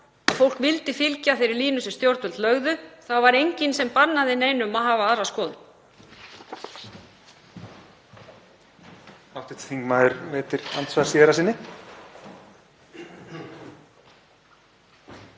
að fólk vildi fylgja þeirri línu sem stjórnvöld lögðu? Það var enginn sem bannaði neinum að hafa aðra skoðun.